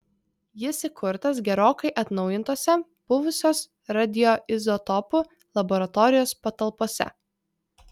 jis įkurtas gerokai atnaujintose buvusios radioizotopų laboratorijos patalpose